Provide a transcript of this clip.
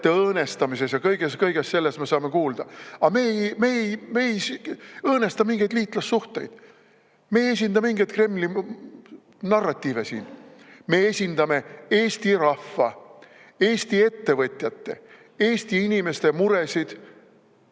õõnestamises ja kõiges-kõiges sellises me saame kuulda. Aga me ei õõnesta mingeid liitlassuhteid. Me ei esinda mingeid Kremli narratiive siin. Me esindame Eesti rahvast, Eesti ettevõtjaid, Eesti inimesi nende